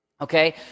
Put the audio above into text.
Okay